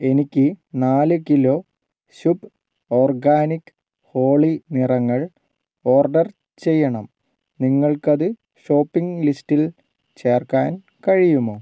എനിക്ക് നാല് kilo Shubh organic Holi നിറങ്ങൾ ഓർഡർ ചെയ്യണം നിങ്ങൾക്കത് ഷോപ്പിംഗ് ലിസ്റ്റിൽ ചേർക്കാൻ കഴിയുമോ